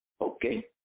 Okay